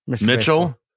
mitchell